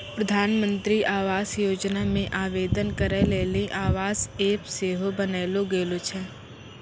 प्रधानमन्त्री आवास योजना मे आवेदन करै लेली आवास ऐप सेहो बनैलो गेलो छै